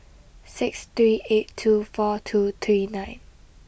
six three eight two four two three nine